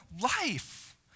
life